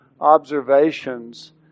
observations